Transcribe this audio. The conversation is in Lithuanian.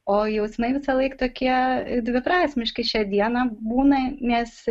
o jausmai visąlaik tokie dviprasmiški šią dieną būna nes